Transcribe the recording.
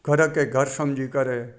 घर खे घरु सम्झी करे